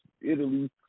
italy